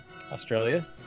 Australia